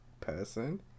person